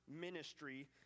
Ministry